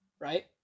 right